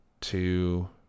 two